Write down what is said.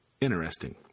interesting